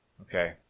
Okay